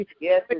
yes